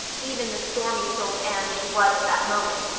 even the stormy-souled anne she was at that moment,